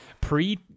pre